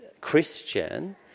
Christian